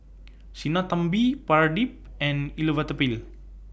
Sinnathamby Pradip and Elattuvalapil